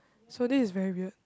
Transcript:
so this is very weird